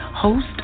host